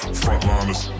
frontliners